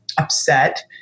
upset